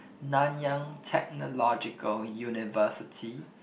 Nanyang-Technological-University